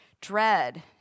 dread